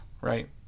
right